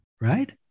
right